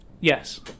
yes